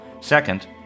Second